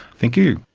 thank you.